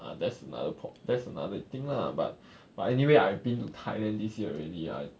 ah that's another prob~ that's another thing lah but but anyway I have been to thailand this year already ah